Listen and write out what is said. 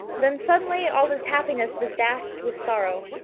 then suddenly all his happiness was dashed with sorrow,